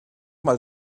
mal